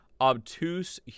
obtuse